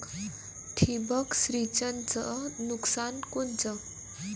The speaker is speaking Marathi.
ठिबक सिंचनचं नुकसान कोनचं?